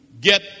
get